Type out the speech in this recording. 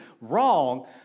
wrong